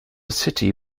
city